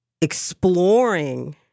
exploring